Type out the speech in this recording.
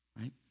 right